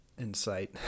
insight